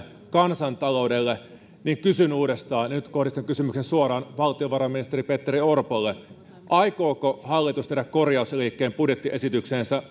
kansantaloudelle niin kysyn uudestaan ja nyt kohdistan kysymyksen suoraan valtiovarainministeri petteri orpolle aikooko hallitus tehdä korjausliikkeen budjettiesitykseensä